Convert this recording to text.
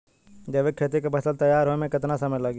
जैविक खेती के फसल तैयार होए मे केतना समय लागी?